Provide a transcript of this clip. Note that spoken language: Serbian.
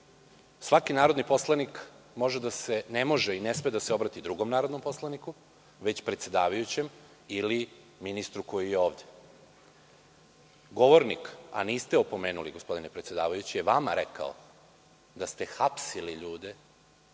svaki narodni poslanik ne može i ne sme da se obrati drugom narodnom poslaniku, već predsedavajućem ili ministru koji je ovde. Govornik, a niste ga opomenuli gospodine predsedavajući, je vama rekao da ste hapsili ljude,